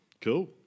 Cool